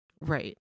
Right